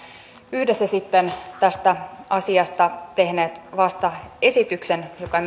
yhdessä sitten tästä asiasta tehneet vastaesityksen joka